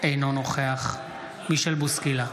אינו נוכח מישל בוסקילה,